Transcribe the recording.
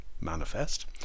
manifest